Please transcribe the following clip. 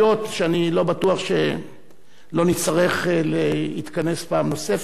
כלשהן שאני לא בטוח שלא נצטרך להתכנס פעם נוספת,